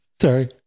sorry